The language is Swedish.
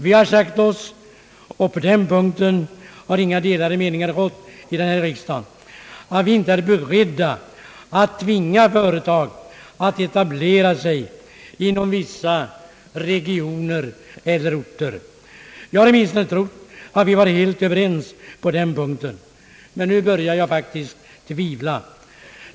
Vi har sagt — och på den punkten har inga delade meningar rått i riksdagen — att vi inte är beredda att tvinga företag att etablera sig inom vissa regioner eller orter. Jag har trott att vi var överens på den punkten, men nu börjar jag faktiskt tvivla.